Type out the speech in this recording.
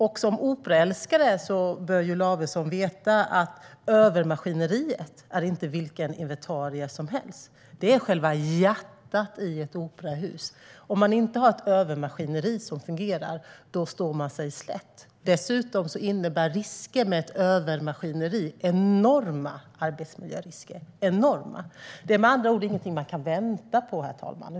Som operaälskare bör Lavesson veta att övermaskineriet inte är vilken inventarie som helst. Det är själva hjärtat i ett operahus. Om man inte har ett övermaskineri som fungerar står man sig slätt. Ett övermaskineri innebär dessutom enorma arbetsmiljörisker. Det är med andra ord ingenting man kan vänta med, herr talman.